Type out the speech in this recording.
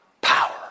power